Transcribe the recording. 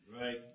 Right